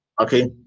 okay